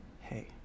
hey